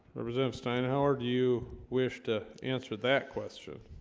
represent steinhauer do you wish to answer that question